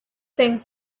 things